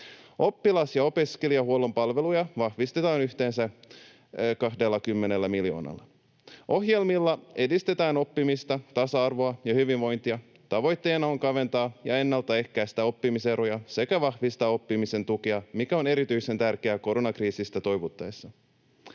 Oppilas- ja opiskelijahuollon palveluja vahvistetaan yhteensä 20 miljoonalla. Ohjelmilla edistetään oppimista, tasa-arvoa ja hyvinvointia. Tavoitteena on kaventaa ja ennalta ehkäistä oppimiseroja sekä vahvistaa oppimisen tukea, mikä on erityisen tärkeää koronakriisistä toivuttaessa.